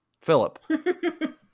Philip